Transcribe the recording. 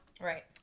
Right